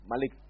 Malik